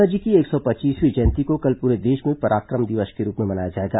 नेताजी की एक सौ पच्चीसवीं जयंती को कल पूरे देश में पराक्रम दिवस के रूप में मनाया जाएगा